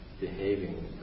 behaving